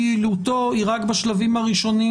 יעילותו של הכלי הזה היא רק בשלבים הראשונים,